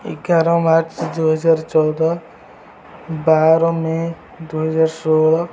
ଏଗାର ମାର୍ଚ୍ଚ ଦୁଇହଜାର ଚଉଦ ବାର ମେ ଦୁଇହଜାର ଷୋହଳ